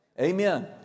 Amen